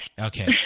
Okay